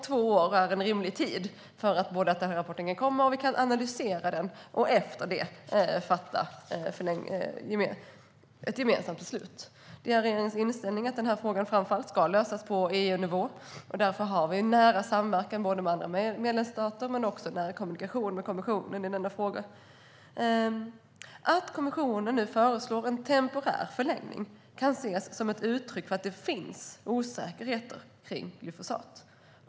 Två år är en rimlig tid för att rapporten ska hinna komma och vi ska få möjlighet att analysera den och därefter fatta ett gemensamt beslut. Regeringens inställning är att denna fråga framför allt ska lösas på EU-nivå, och därför har vi en nära samverkan med andra medlemsstater och en nära kommunikation med kommissionen i frågan. Att kommissionen nu föreslår en temporär förlängning kan ses som ett uttryck för att det finns osäkerheter kring glyfosat.